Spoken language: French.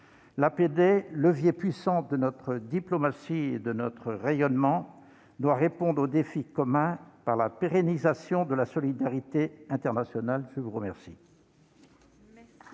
L'APD, levier puissant de notre diplomatie et de notre rayonnement, doit répondre aux défis communs par la pérennisation de la solidarité internationale. La parole